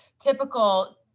typical